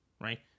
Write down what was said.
right